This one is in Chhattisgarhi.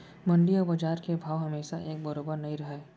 मंडी अउ बजार के भाव हमेसा एके बरोबर नइ रहय